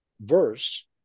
Verse